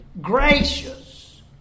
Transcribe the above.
gracious